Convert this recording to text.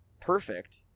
perfect